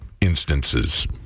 instances